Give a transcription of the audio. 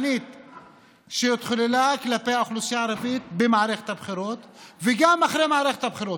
יש אבן נגף אחת שמונעת ומנעה את הקמת הממשלה,